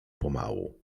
pomału